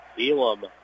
Elam